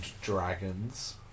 dragons